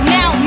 Now